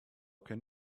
can